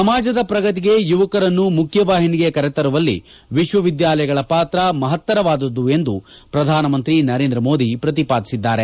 ಸಮಾಜದ ಪ್ರಗತಿಗೆ ಯುವಕರನ್ನು ಮುಖ್ಯವಾಹಿನಿಗೆ ಕರೆತರುವಲ್ಲಿ ವಿಶ್ವವಿದ್ಯಾಲಯಗಳ ಪಾತ್ರ ಮಪತ್ತರವಾದುದ್ದು ಎಂದು ಪ್ರಧಾನಮಂತ್ರಿ ನರೇಂದ್ರ ಮೋದಿ ಪ್ರತಿಪಾದಿಸಿದ್ದಾರೆ